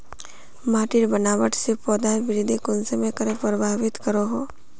माटिर बनावट से पौधा वृद्धि कुसम करे प्रभावित करो हो?